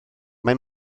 mae